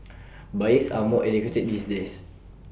buyers are more educated these days